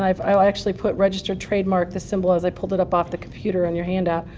i actually put registered trademark, the symbol, as i pulled it up off the computer in your handout,